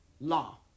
law